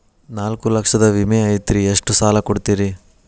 ನಾಲ್ಕು ಲಕ್ಷದ ವಿಮೆ ಐತ್ರಿ ಎಷ್ಟ ಸಾಲ ಕೊಡ್ತೇರಿ?